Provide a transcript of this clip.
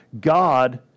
God